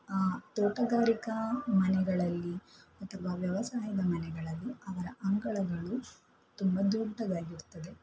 ತೋಟಗಾರಿಕಾ ಮನೆಗಳಲ್ಲಿ ಅಥವಾ ವ್ಯವಸಾಯದ ಮನೆಗಳಲ್ಲಿ ಅವರ ಅಂಗಳಗಳು ತುಂಬ ದೊಡ್ಡದಾಗಿರ್ತದೆ